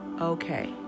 okay